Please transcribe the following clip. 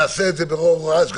נעשה את זה ברעש גדול,